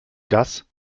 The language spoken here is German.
gas